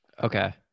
Okay